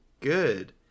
good